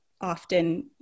often